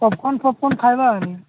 popcorn ଫପ୍କର୍ଣ୍ଣ ଖାଇବାନି